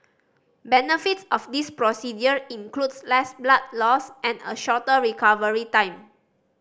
benefits of this procedure includes less blood loss and a shorter recovery time